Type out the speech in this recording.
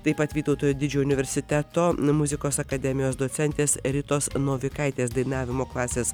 taip pat vytauto didžiojo universiteto muzikos akademijos docentės ritos novikaitės dainavimo klasės